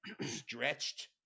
stretched